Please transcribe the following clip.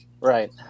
Right